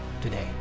today